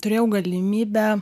turėjau galimybę